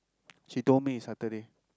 she told me Saturday